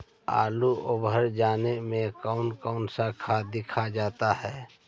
आलू ओवर जाने में कौन कौन सा खाद दिया जाता है?